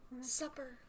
supper